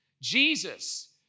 Jesus